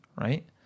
right